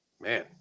man